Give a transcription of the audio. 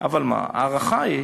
אבל מה, ההערכה היא